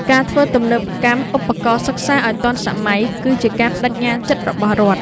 ការធ្វើទំនើបកម្មឧបករណ៍សិក្សាឱ្យទាន់សម័យ គឺជាការប្ដេជ្ញាចិត្តរបស់រដ្ឋ។